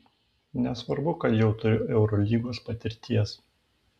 nesvarbu kad jau turiu eurolygos patirties